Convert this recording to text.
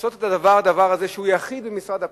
לעשות את הדבר הזה, שהוא היחיד, במשרד הפנים,